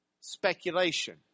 speculation